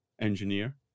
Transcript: engineer